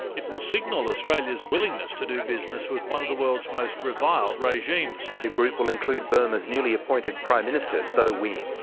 it will signal australia's willingness to do business with one of the world's most reviled regimes. the group will include burma's newly-appointed prime minister, soe win,